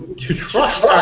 to trust